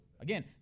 again